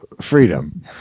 freedom